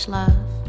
love